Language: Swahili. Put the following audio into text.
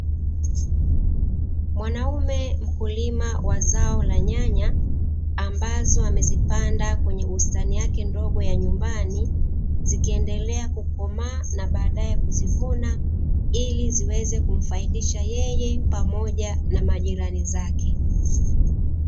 Mwanaume mkulima wa zao la nyanya ambazo amezipanda kwenye bustani yake ndogo ya nyumbani, zikiendelea kukomaa na baadaye kuzivuna, ili ziweza kumfaidisha yeye pamoja na majirani zake.